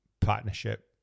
partnership